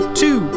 two